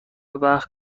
وقت